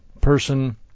person